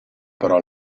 però